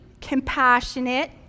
compassionate